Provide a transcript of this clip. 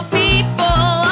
people